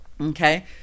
okay